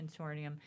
consortium